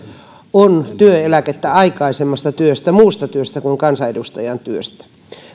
on työeläkettä aikaisemmasta työstä muusta työstä kuin kansanedustajan työstä